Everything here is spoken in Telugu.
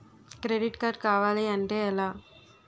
క్రెడిట్ కార్డ్ కావాలి అంటే ఎలా?